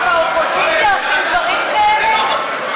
באופוזיציה עושים דברים כאלה?